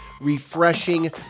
Refreshing